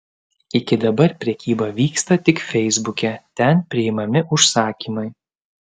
iki dabar prekyba vyksta tik feisbuke ten priimami užsakymai